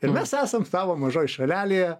ir mes esam savo mažoj šalelėje